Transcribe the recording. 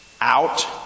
out